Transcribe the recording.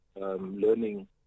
learning